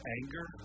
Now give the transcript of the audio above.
anger